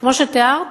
וכמו שתיארת,